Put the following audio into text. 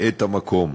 את המקום.